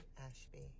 Ashby